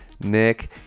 Nick